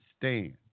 stand